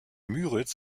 müritz